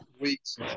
weeks